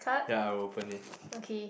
ya I will open it